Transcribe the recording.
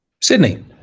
Sydney